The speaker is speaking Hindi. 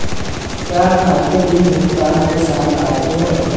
क्या खाते बिल भुगतान के साथ आते हैं?